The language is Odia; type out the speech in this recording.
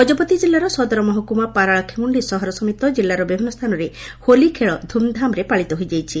ଗଜପତି ଜିଲ୍ଲାର ସଦର ମହକୁମା ପାରଳାଖେମୁଖି ସହର ସମେତ ଜିଲ୍ଲାର ବିଭିନ୍ନ ସ୍ଥାନରେ ହୋଲି ଖେଳ ଧୁମ୍ଧାମ୍ରେ ପାଳିତ ହୋଇଯାଇଛି